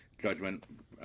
judgment